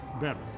better